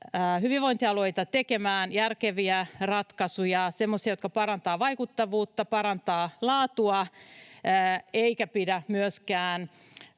hyvinvointialueita tekemään järkeviä ratkaisuja — semmoisia, jotka parantavat vaikuttavuutta, parantavat laatua — eikä pidä myöskään